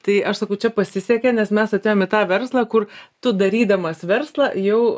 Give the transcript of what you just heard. tai aš sakau čia pasisekė nes mes atėjom į tą verslą kur tu darydamas verslą jau